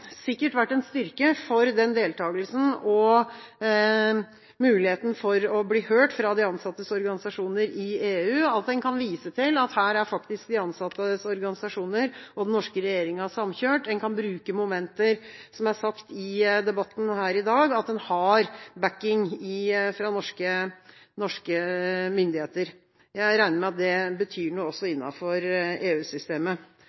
sikkert vært en styrke for den deltakelsen å ha muligheten for å bli hørt fra de ansattes organisasjoner i EU – at en kan vise til at her er faktisk de ansattes organisasjoner og den norske regjeringa samkjørt. En kan bruke momenter som er nevnt i debatten her i dag, at en har «backing» fra norske myndigheter. Jeg regner med at det betyr noe også